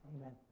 Amen